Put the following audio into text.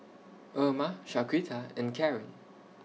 Erma Shaquita and Karren